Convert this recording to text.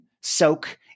soak